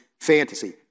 fantasy